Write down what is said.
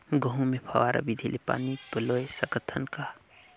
गहूं मे फव्वारा विधि ले पानी पलोय सकत हन का?